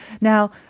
Now